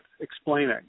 explaining